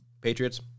Patriots